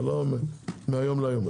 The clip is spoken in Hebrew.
זה לא מהיום להיום.